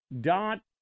Dot